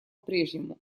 прежнему